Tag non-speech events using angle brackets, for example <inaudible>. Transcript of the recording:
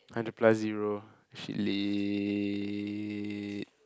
hundred plus zero <noise>